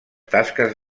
tasques